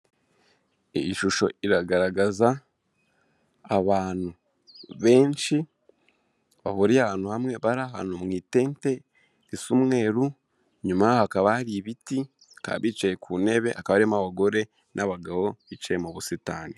Iyi shusho iragaragaza abantu benshi bahuriye ahantu hamwe. Bari ahantu mu itete risa umweru. Inyuma yaho hakaba hari ibiti. Bakaba bicaye ku ntebe. Hakaba harimo abagore n'abagabo bicaye mu busitani.